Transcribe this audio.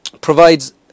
provides